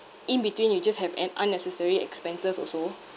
in between you just have an unnecessary expenses also